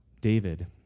David